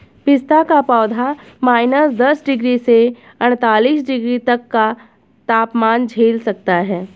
पिस्ता का पौधा माइनस दस डिग्री से अड़तालीस डिग्री तक का तापमान झेल सकता है